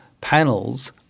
panels